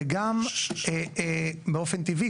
וגם באופן טבעי,